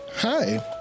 Hi